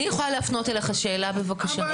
אני יכולה להפנות אליך שאלה, בבקשה?